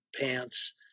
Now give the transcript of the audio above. pants